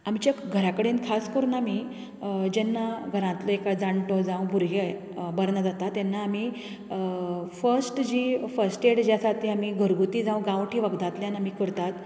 आमच्या घरा कडेन खास करून आमी जेन्ना घरांतलो एक जाणटो जावं भुरगें बरें ना जाता तेन्ना आमी फस्ट जी फस्टेड जी आसा ती आमी घरगुती जावं गांवटी वखदांतल्यान आमी करतात